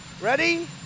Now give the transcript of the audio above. Ready